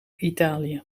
italië